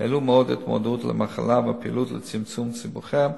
העלו מאוד את המודעות למחלה ואת הפעילות לצמצום סיבוכיה,